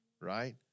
right